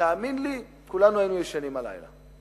תאמין לי, כולנו היינו ישנים הלילה,